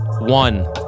one